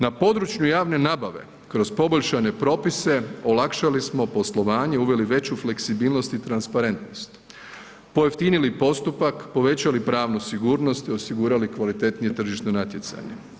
Na području javne nabave kroz poboljšanje propise, olakšali smo poslovanje, uveli veću fleksibilnost i transparentnost, pojeftinili postupak, povećali pravu sigurnost i osigurali kvalitetnije tržišno natjecanje.